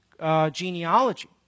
genealogy